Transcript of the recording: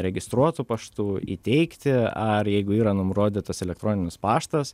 registruotu paštu įteikti ar jeigu yra nurodytas elektroninis paštas